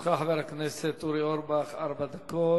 לרשותך, חבר הכנסת אורי אורבך, ארבע דקות.